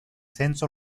senso